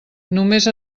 només